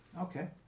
Okay